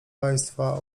państwa